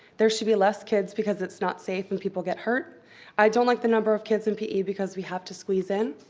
there should be less kids because it's not safe and people get hurt i don't like the number of kids in pe because we have to squeeze in.